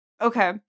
Okay